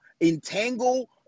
entangle